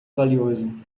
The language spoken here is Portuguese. valioso